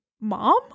mom